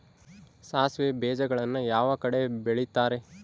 ಸಾಸಿವೆ ಬೇಜಗಳನ್ನ ಯಾವ ಕಡೆ ಬೆಳಿತಾರೆ?